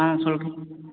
ஆ சொல்லுறேன்